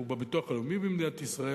ובביטוח הלאומי במדינת ישראל,